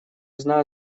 знаю